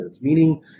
meaning